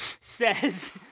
says